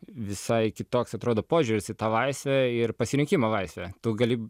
visai kitoks atrodo požiūris į tą laisvę ir pasirinkimo laisvę tu gali